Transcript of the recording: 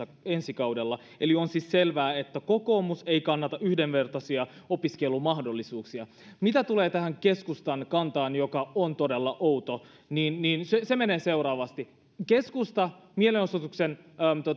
ensi kaudella eli on siis selvää että kokoomus ei kannata yhdenvertaisia opiskelumahdollisuuksia mitä tulee tähän keskustan kantaan joka on todella outo niin niin se menee seuraavasti keskusta mielenosoituksen